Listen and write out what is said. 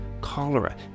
Cholera